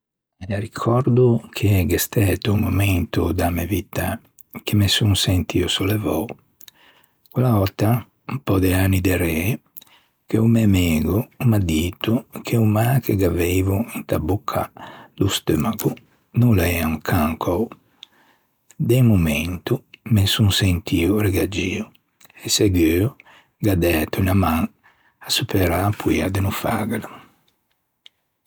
Ricòrdo che gh'é stæto un momento da mæ vitta che me son sentio sollevou. Quella òtta, un pö de anni derê che o mæ mego o m'à dito che o mâ che gh'aveivo inta bocca do steumago no l'ea un cancao. De un momento me son sentio reggagio e seguo gh'à dæto unna man à superâ a poia de no fâghela.